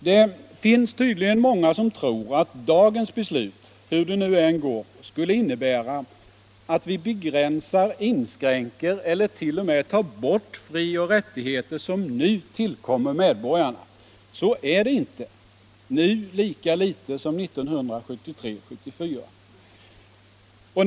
Det finns tydligen många som tror att dagens beslut, hur det nu än går, skulle innebära att vi begränsar, inskränker eller t.o.m. tar bort frioch rättigheter som nu tillkommer medborgarna. Så är det inte, nu lika litet som 1973/74.